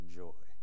joy